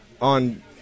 on